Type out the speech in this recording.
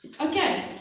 Okay